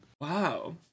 Wow